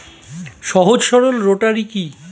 সহজ সরল রোটারি কি?